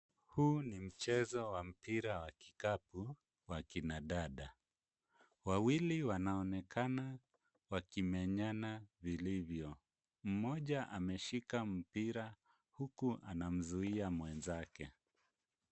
Huu ni mchezo wa mpira wa kikapu wa kina dada. Wawili wanaonekana wakimenyana vilivyo. Mmoja ameshika mpira huku anamzuia mwenzake.